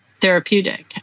therapeutic